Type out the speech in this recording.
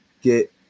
get –